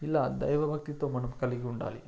ఇలా దైవ భక్తితో మనం కలిగి ఉండాలి